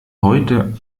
heute